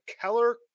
Keller